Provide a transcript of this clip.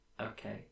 okay